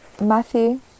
matthew